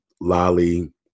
Lolly